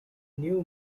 new